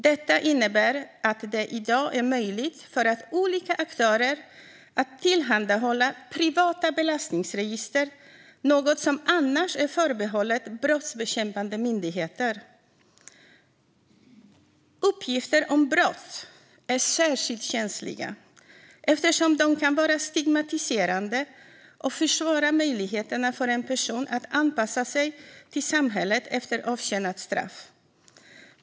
Detta innebär att det i dag är möjligt för olika aktörer att tillhandahålla privata belastningsregister, något som annars är förbehållet brottsbekämpande myndigheter. Uppgifter om brott är särskilt känsliga eftersom de kan vara stigmatiserande och försvåra möjligheterna för en person att anpassa sig till samhället efter avtjänat straff.